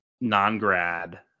non-grad